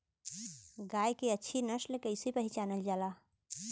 गाय के अच्छी नस्ल कइसे पहचानल जाला?